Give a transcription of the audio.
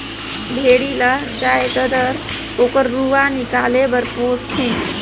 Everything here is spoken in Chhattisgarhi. भेड़ी ल जायदतर ओकर रूआ निकाले बर पोस थें